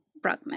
Brugman